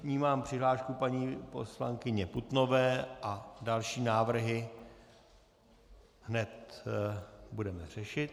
Vnímám přihlášku paní poslankyně Putnové a další návrhy hned budeme řešit.